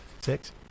Six